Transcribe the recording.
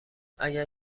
اگه